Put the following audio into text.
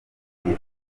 kandi